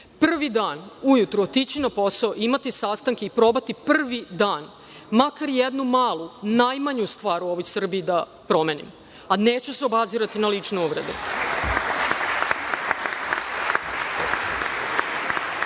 prvi dan ujutru otići na posao, imati sastanke i probati prvi dan, makar jednu malu, najmanju stvar u ovoj Srbiji da promenim. Neću se obazirati na lične uvrede,